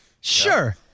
Sure